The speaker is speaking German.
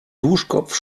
duschkopf